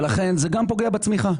ולכן זה גם פוגע בצמיחה.